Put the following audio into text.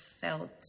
felt